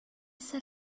set